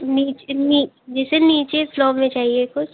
जैसे नीचे फ्लोर में चाहिए कुछ